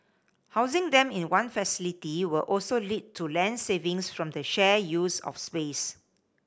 housing them in one facility will also lead to land savings from the shared use of space